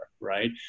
right